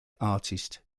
artist